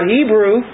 Hebrew